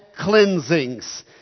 cleansings